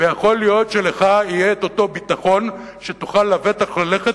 ויכול להיות שלך יהיה את אותו ביטחון שתוכל ללכת